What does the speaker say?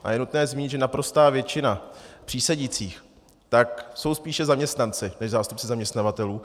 A je nutné zmínit, že naprostá většina přísedících jsou spíše zaměstnanci než zástupci zaměstnavatelů.